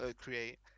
Create